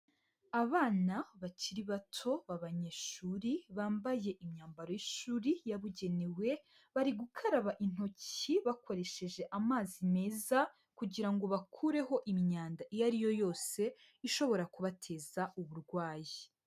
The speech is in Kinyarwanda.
Abana bakiri bato b'abanyeshuri bambaye imyambaro y'ishuri yabugenewe, bari gukaraba intoki bakoresheje amazi meza kugira ngo bakureho imyanda iyo ari yo yose ishobora kubateza uburwayi.